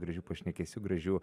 gražių pašnekėsių gražių